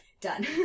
done